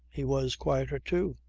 he was quieter too.